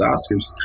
Oscars